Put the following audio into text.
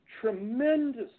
tremendous